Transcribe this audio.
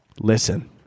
Listen